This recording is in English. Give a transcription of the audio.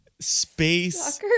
Space